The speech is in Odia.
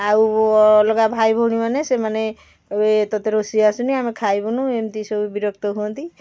ଆଉ ଅଲଗା ଭାଇ ଭଉଣୀମାନେ ସେମାନେ କହିବେ ତୋତେ ରୋଷେଇ ଆସୁନି ଆମେ ଖାଇବୁନି ଏମିତି ସବୁ ବିରକ୍ତ ହୁଅନ୍ତି